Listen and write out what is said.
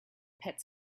pet